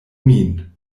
min